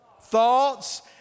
Thoughts